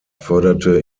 förderte